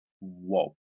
whoa